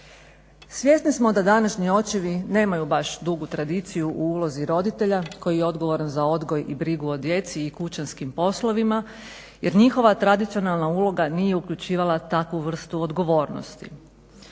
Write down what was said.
Svjesni smo da današnji očevi nemaju baš dugu tradiciju u ulozi roditelja koji je odgovoran za odgoj i brigu o djeci i kućanskim poslovima jer njihova tradicionalna uloga nije uključivala takvu vrstu odgovornosti.